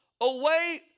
away